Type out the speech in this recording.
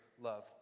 love